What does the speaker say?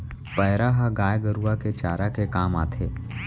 पैरा ह गाय गरूवा के चारा के काम आथे